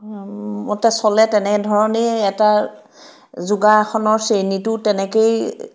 মতে চলে তেনে ধৰণেই এটা যোগাসনৰ শ্ৰেণীতো তেনেকৈয়ে